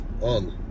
on